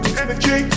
energy